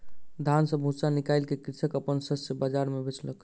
धान सॅ भूस्सा निकाइल के कृषक अपन शस्य बाजार मे बेचलक